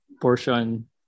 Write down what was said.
portion